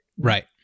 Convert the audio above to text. Right